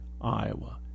Iowa